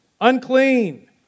unclean